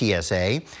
TSA